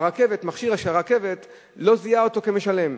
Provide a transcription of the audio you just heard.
המכשיר של הרכבת לא זיהה אותו כמשלם.